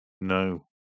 No